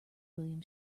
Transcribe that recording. william